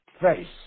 face